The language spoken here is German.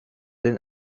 den